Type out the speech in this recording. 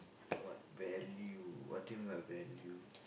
whaT_Value what do you mean by value